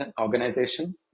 organization